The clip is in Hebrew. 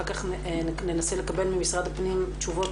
ואחר כך ננסה לקבל ממשרד הפנים תשובות